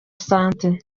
sante